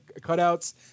cutouts